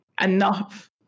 enough